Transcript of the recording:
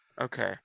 Okay